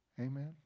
Amen